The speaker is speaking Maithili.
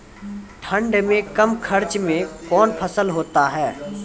ठंड मे कम खर्च मे कौन फसल होते हैं?